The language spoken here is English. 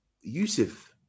Yusuf